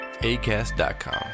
ACAST.com